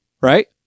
right